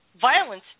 violence